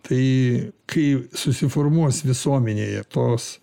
tai kai susiformuos visuomenėje tos